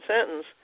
sentence